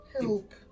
help